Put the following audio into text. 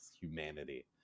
humanity